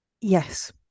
Yes